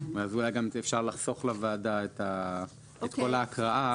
אולי אפשר לחסוך לוועדה את כל ההקראה.